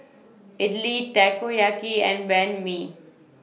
Idili Takoyaki and Banh MI